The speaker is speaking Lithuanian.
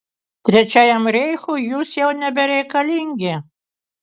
trečiajam reichui jūs jau nebereikalingi